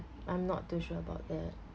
I'm not too sure about that